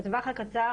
בטווח הקצר,